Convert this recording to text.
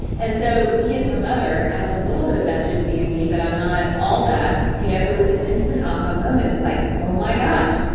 and so me as her mother, i have a little of that gypsy in me, but i'm not all that. you know it was an instant aha moment, it's like, oh my gosh,